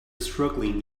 struggling